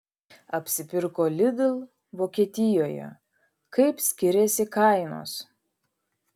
apsipirko lidl vokietijoje kaip skiriasi kainos